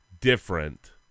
different